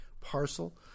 parcel